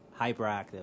hyperactive